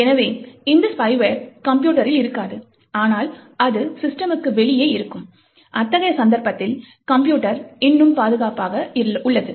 எனவே இந்த ஸ்பைவேர் கம்ப்யூட்டரில் இருக்காது ஆனால் அது சிஸ்டமுக்கு வெளியே இருக்கும் அத்தகைய சந்தர்ப்பத்தில் கம்ப்யூட்டர் இன்னும் பாதுகாப்பாக உள்ளது